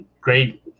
great